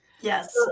Yes